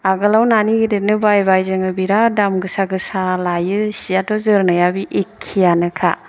आगोलाव नानि गेदेरनो बायबाय जोङो बिराथ दाम गोसा गोसा लायो सियाथ' जोरनाया बे एखेआनोखा